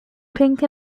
pink